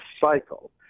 cycle